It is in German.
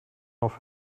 auf